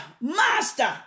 master